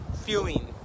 feeling